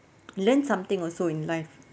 learn something also in life